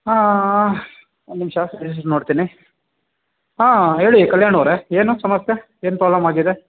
ಹಾಂ ಒಂದು ನಿಮ್ಷ ರಿಜಿಸ್ಟ್ರ ನೋಡ್ತೀನಿ ಹಾಂ ಹೇಳಿ ಕಲ್ಯಾಣವ್ರೆ ಏನು ಸಮಸ್ಯೆ ಏನು ಪ್ರಾಬ್ಲಮ್ ಆಗಿದೆ